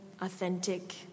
authentic